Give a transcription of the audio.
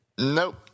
Nope